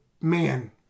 man